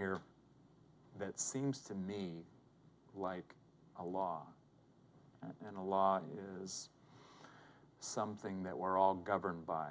here that seems to me like a law and a law is something that we're all governed by